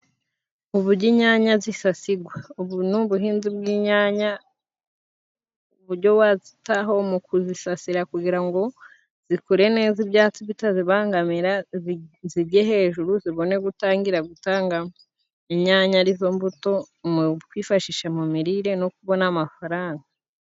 Ubujyo inyanya zisasigwa ,ubu ni ubuhinzi bw'inyanya ubujyo wazitaho mu kuzisasira kugira ngo zikure neza ibyatsi bitazibangamira, zige hejuru zibone gutangira gutanga inyanya arizo mbuto mu twifashishe mu mirire no kubona amafaranga.